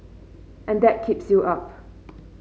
and that keeps you up